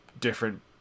different